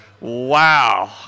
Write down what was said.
Wow